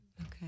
Okay